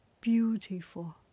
beautiful